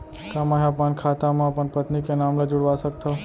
का मैं ह अपन खाता म अपन पत्नी के नाम ला जुड़वा सकथव?